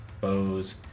bows